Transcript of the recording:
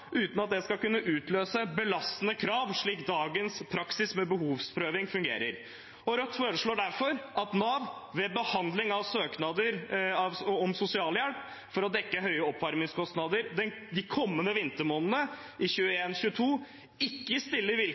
uten at det skal utløse belastende krav, slik dagens praksis med behovsprøving fungerer. Rødt foreslår derfor at Nav ved behandling av søknader om sosialhjelp for å dekke høye oppvarmingskostnader de kommende vintermånedene 2021–2022, ikke stiller